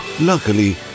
Luckily